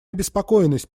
обеспокоенность